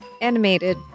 animated